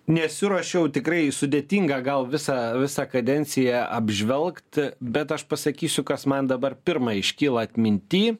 nesiruošiau tikrai sudėtinga gal visą visą kadenciją apžvelgt bet aš pasakysiu kas man dabar pirma iškyla atminty